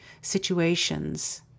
situations